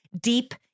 deep